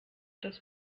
das